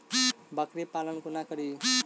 बकरी पालन कोना करि?